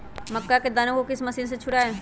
मक्का के दानो को किस मशीन से छुड़ाए?